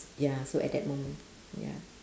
ya so at that moment ya